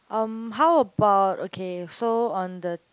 um how about okay so on the